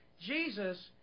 Jesus